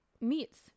meats